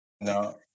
No